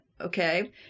okay